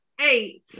eight